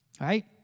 Right